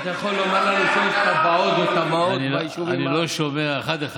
אתה יכול לומר, אני לא שומע, אחד-אחד.